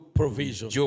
provision